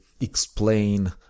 explain